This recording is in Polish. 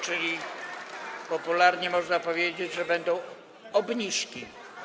Czyli popularnie można powiedzieć, że będą obniżki.